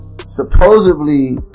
Supposedly